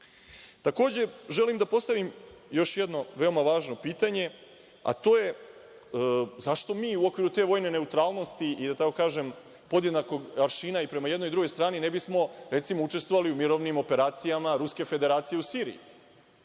Rusije? Takođe, želim da postavim još jedno veoma važno pitanje, a to je – zašto mi u okviru te vojne neutralnosti i, da tako kažem, podjednakog aršina i prema jednoj i drugoj strani ne bismo učestvovali u mirovnim operacijama Ruske Federacije u Siriji?